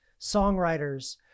songwriters